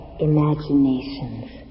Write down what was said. imaginations